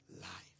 life